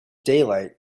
daylight